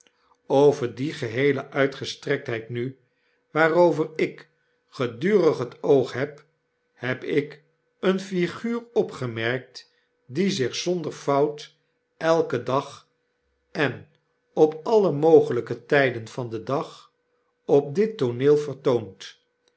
over die geheele uitgestrekfcheid nu waarover ik gedurig het oog heb heb ik een flguur opgemerkt die zich zonder fout elken dag en op alle mogelyke tyden van den dag op dit tooneel vertoont